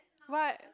what